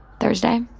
Thursday